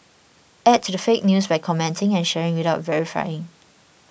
add to the fake news by commenting and sharing without verifying